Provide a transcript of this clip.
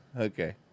okay